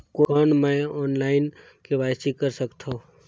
कौन मैं online KYC कर सकथव?